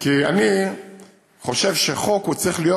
כי אני חושב שחוק, הוא צריך להיות,